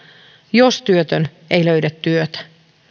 jos työtön ei löydä työtä